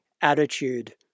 attitude